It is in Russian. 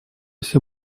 все